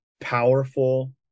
powerful